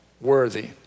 worthy